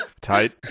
tight